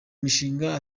mishinga